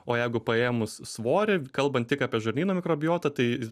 o jeigu paėmus svorį kalbant tik apie žarnyno mikrobiotą tai